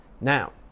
Now